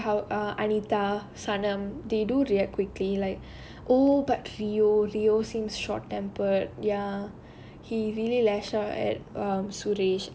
for example how err anita sanam they do react quickly like oh but few rio seem short tempered ya he really lashed out at um